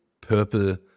purple